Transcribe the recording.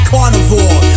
Carnivore